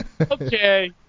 okay